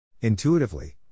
Intuitively